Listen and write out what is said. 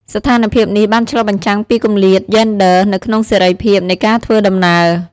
ស្ថានភាពនេះបានឆ្លុះបញ្ចាំងពីគម្លាតយេនដ័រនៅក្នុងសេរីភាពនៃការធ្វើដំណើរ។